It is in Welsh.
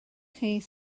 chi